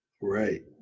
Right